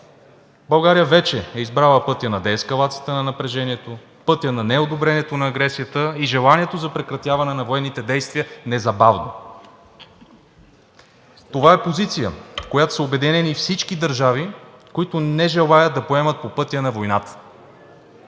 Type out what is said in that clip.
България вече е избрала пътя на деескалацията на напрежението, пътя на неодобрението на агресията и желанието за прекратяване на военните действия незабавно. Това е позиция, в която са обединени всички държави, които не желаят да поемат по пътя на войната.